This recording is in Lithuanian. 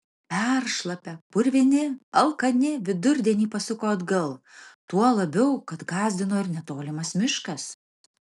peršlapę purvini alkani vidurdienį pasuko atgal tuo labiau kad gąsdino ir netolimas miškas